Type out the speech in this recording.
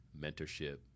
mentorship